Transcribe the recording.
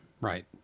Right